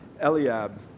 Eliab